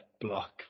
block